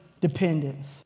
dependence